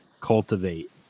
cultivate